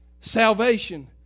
salvation